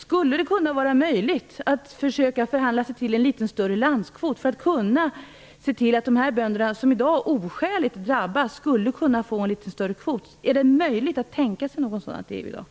Skulle det kunna vara möjligt att försöka förhandla sig till en litet större landskvot för att se till att de bönder som i dag oskäligt drabbas skulle kunna få en litet större kvot? Är det möjligt att tänka sig något sådant i EU i dag?